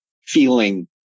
feeling